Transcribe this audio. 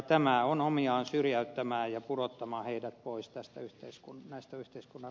tämä on omiaan syrjäyttämään ja pudottamaan heidät pois näistä yhteiskunnan rattaista